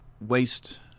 waste